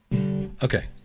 Okay